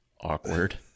Awkward